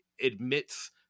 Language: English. Admits